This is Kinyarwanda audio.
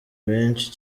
benshi